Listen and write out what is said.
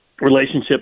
relationship